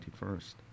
21st